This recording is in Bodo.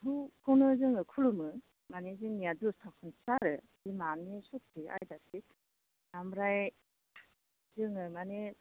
बाथौखौनो जोङो खुलुमो माने जोंनिया दस्रा खुन्थिया आरो बिमानि ससे आयदासो ओमफ्राय जोङो माने